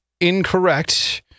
incorrect